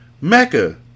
Mecca